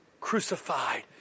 crucified